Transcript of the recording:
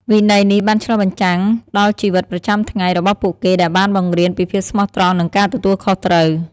វិន័យនេះបានឆ្លុះបញ្ចាំងដល់ជីវិតប្រចាំថ្ងៃរបស់ពួកគេដែលបានបង្រៀនពីភាពស្មោះត្រង់និងការទទួលខុសត្រូវ។